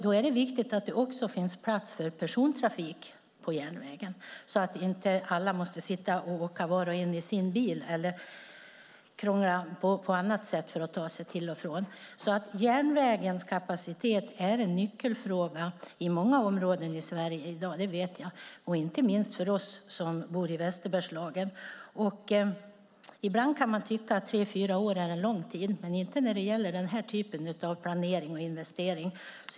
Då är det viktigt att det finns plats för persontrafik på järnvägen så att inte alla måste åka var och en i sin bil eller krångla på annat sätt. Järnvägens kapacitet är en nyckelfråga i många områden i Sverige i dag, det vet jag, inte minst för oss som bor i Västerbergslagen. Ibland kan man tycka att tre fyra år är en lång tid, men inte när det gäller den här typen av planering och investering.